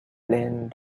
plaine